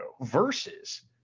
versus